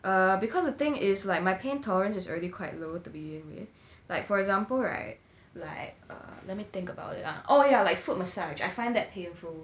err because the thing is like my pain tolerance is already quite low to begin with like for example right like err let me think about it ah oh yeah like foot massage I find that painful